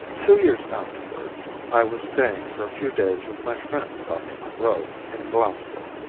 two years afterwards, i was staying for a few days with my friend dr. munro in glasgow.